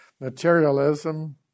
materialism